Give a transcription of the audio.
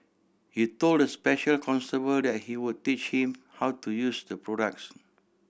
he told the special constable that he would teach him how to use the products